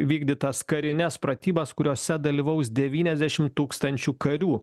vykdytas karines pratybas kuriose dalyvaus devyniasdešimt tūkstančių karių